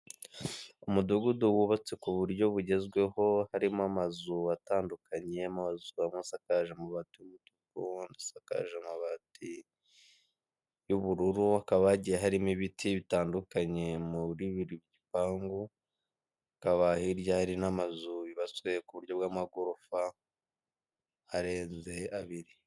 Umudugudu wubatse ku buryo bugezweho harimo amazu atandukanye, amazu amwe asakaje amabati y'umutuku, asakaje amabati y'ubururu hakaba hagiye harimo ibiti bitandukanye muri buri gipangu hakaba hari n'amazu yubatswe ku buryo bw'amagorofa arenze abiri.